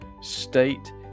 state